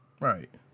Right